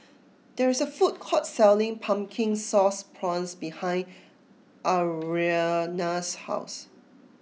there is a food court selling Pumpkin Sauce Prawns behind Ariana's house